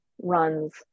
runs